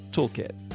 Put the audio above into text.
toolkit